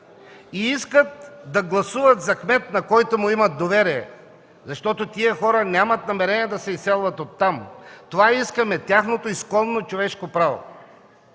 и искат да гласуват за кмет, на който му имат доверие, защото тези хора нямат намерение да се изселват оттам. Това искаме – тяхното исконно човешко право.